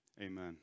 amen